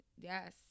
Yes